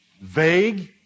vague